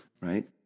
right